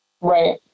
Right